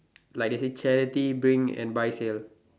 like they say charity bring and buy sale